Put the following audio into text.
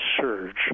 surge